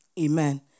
Amen